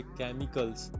chemicals